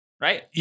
Right